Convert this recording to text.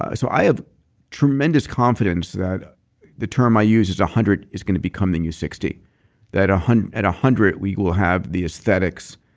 i so i have tremendous confidence that the term i use as a hundred is going to become the new sixty that at a hundred we will have the aesthetics,